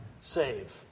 Save